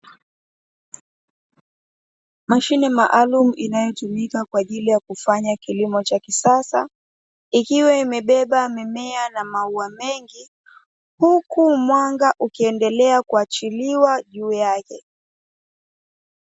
Mashine maalumu inayotumika kwa ajili ya kufanya kilimo cha kisasa, ikiwa imebeba mimea na maua mengi, huku mwanga ukiendelea kuachiliwa juu yake.